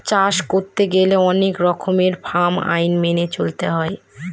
চাষ করতে গেলে অনেক রকমের ফার্ম আইন মেনে চলতে হয়